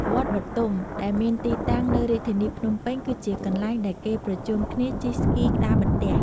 វត្តបទុមដែលមានទីតាំងនៅរាជធានីភ្នំពេញគឺជាកន្លែងដែលគេប្រជុំគ្នាជិះស្គីក្ដារបន្ទះ។